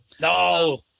No